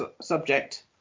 subject